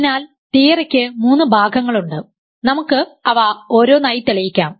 അതിനാൽ തിയറിക്ക് മൂന്ന് ഭാഗങ്ങളുണ്ട് നമുക്ക് അവ ഓരോന്നായി തെളിയിക്കാം